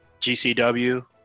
GCW